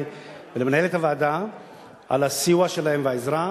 ולמנהלת הוועדה על הסיוע והעזרה שלהם.